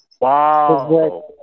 Wow